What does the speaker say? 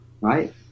Right